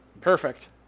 Perfect